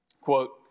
quote